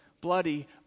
bloody